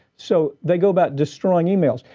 so they go about destroying emails.